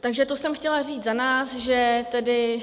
Takže to jsem chtěla říct za nás, že tedy